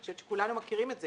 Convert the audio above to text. ואני חושבת שכולנו מכירים את זה.